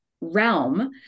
realm